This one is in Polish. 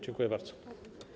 Dziękuję bardzo.